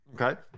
Okay